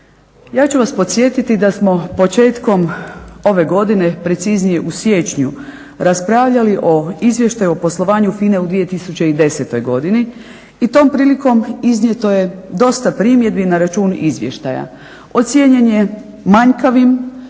Ja ću vas podsjetiti da smo početkom ove godine, preciznije u siječnju raspravljali o izvještaju o poslovanju FINA-e 2010. godini i tom prilikom iznijeto je dosta primjedbi na račun izvještaja. Ocijenjen je manjkavi,